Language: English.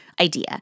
idea